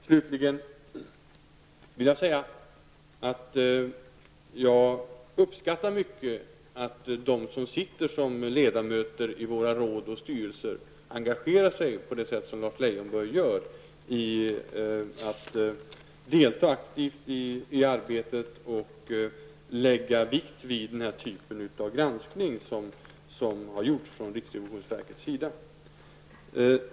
Jag vill vidare påpeka att jag mycket uppskattar att de som sitter som ledamöter i våra råd och styrelser engagerar sig på det sätt som Lars Leijonborg gör, deltar aktivt i arbetet och lägger vikt vid den typ av granskning som har gjorts från riksrevisionsverkets sida.